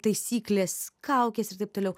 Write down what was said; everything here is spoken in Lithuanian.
taisyklės kaukės ir taip toliau